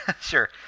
sure